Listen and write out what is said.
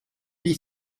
dit